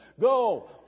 Go